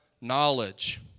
knowledge